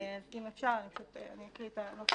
אני אקריא את הנוסח